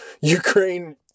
Ukraine